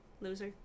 Loser